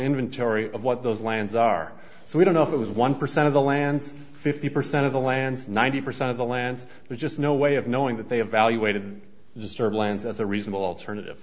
inventory of what those lands are so we don't know if it was one percent of the lands fifty percent of the lands ninety percent of the land but just no way of knowing that they evaluated disturbed lands as a reasonable alternative